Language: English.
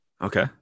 Okay